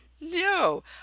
No